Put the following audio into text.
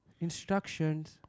Instructions